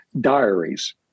diaries